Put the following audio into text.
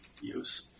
use